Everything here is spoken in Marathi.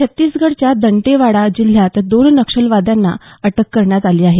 छत्तीसगडच्या दंतेवाडा जिल्ह्यात दोन नक्क्षलवाद्यांना अटक करण्यात आली आलं आहे